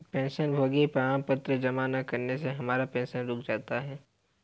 पेंशनभोगी प्रमाण पत्र जमा न करने से हमारा पेंशन रुक जाता है